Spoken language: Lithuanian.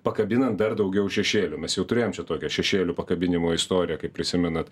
pakabinant dar daugiau šešėlių mes jau turėjom čia tokią šešėlių pakabinimo istoriją kaip prisimenat